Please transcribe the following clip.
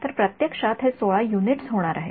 तर प्रत्यक्षात ते १६ युनिट्स होणार आहेत